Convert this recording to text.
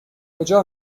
کجا